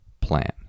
plan